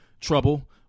trouble